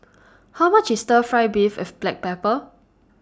How much IS Stir Fry Beef with Black Pepper